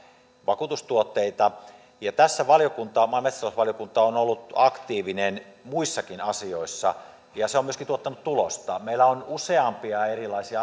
vakuutustuotteita tässä maa ja metsätalousvaliokunta on ollut aktiivinen muissakin asioissa ja se on myöskin tuottanut tulosta meillä on useampia erilaisia